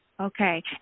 Okay